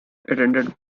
attended